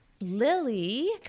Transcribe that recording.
Lily